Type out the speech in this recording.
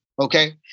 okay